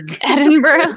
Edinburgh